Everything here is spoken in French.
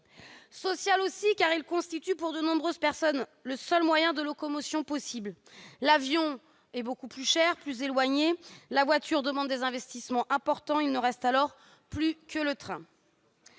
social, aussi, car le rail constitue, pour de nombreuses personnes, le seul moyen de locomotion possible. L'avion est beaucoup plus cher et d'un accès plus éloigné, et la voiture demande des investissements importants. Il ne reste alors plus que le train.